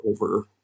over